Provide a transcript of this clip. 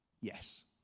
Yes